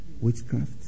witchcraft